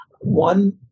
One